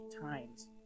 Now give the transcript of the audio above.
times